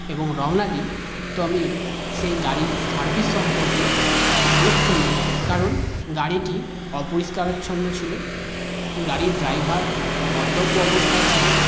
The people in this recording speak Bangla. এবং রওনা দিই তো আমি সেই গাড়ির সার্ভিস সম্পর্কে মনঃক্ষুণ্ণ হয় কারণ গাড়িটি অপরিষ্কারাচ্ছন্ন ছিল গাড়ির ড্রাইভার মদ্যপ অবস্থায় ছিলেন